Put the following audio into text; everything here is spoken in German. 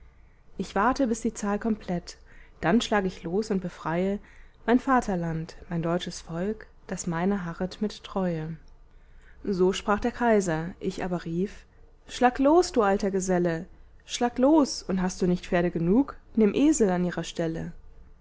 ich warte bis die zahl komplett dann schlag ich los und befreie mein vaterland mein deutsches volk das meiner harret mit treue so sprach der kaiser ich aber rief schlag los du alter geselle schlag los und hast du nicht pferde genug nimm esel an ihrer stelle